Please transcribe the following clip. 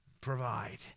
provide